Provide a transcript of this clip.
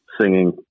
singing